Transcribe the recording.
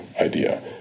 idea